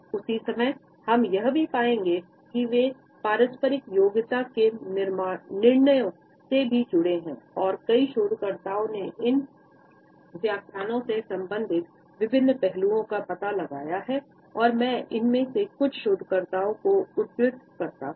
उसी समय हम यह भी पाएंगे कि वे पारस्परिक योग्यता के निर्णयों से भी जुड़े हैं और कई शोधकर्ताओं ने इन व्याख्याओं से संबंधित विभिन्न पहलुओं का पता लगाया है और मैं इनमें से कुछ शोधकर्ताओं को उद्धृत करता हूं